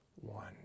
one